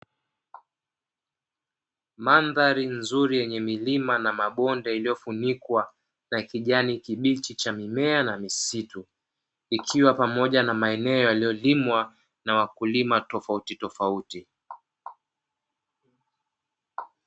Mandhari nzuri yenye milima na mabonde iliyofunikwa na kijani kibichi cha mimea na misitu, ikiwa pamoja na maeneo iliyolimwa na wakulima tofauti tofauti.